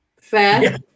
Fair